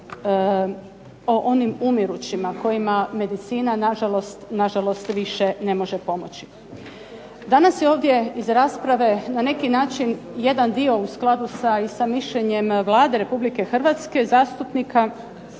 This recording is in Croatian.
o onim umirućima kojima medicina na žalost više ne može pomoći. Danas je ovdje iz rasprave na neki način jedan dio u skladu sa i sa mišljenjem Vlade Republike Hrvatske zastupnika